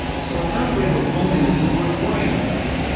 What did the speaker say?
so an outbreak of loneliness is worth worrying about,